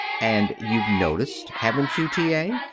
and you've noticed haven't you, t. a?